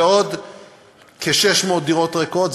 ועוד כ-600 דירות ריקות,